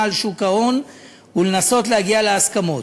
על שוק ההון ולנסות להגיע להסכמות.